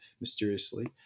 mysteriously